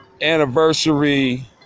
anniversary